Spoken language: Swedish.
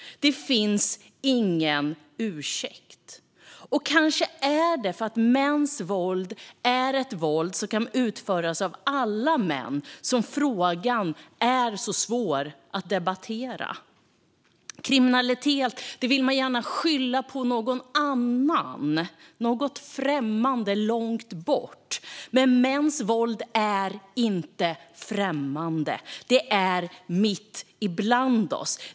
Det finns ingen ursäkt. Men kanske är det för att mäns våld är ett våld som kan utföras av alla män som frågan är så svår att debattera. Kriminalitet vill man gärna skylla på någon annan, något främmande långt bort. Men mäns våld är inte främmande. Det är mitt ibland oss.